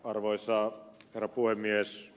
arvoisa herra puhemies